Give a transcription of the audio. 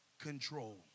control